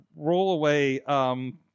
rollaway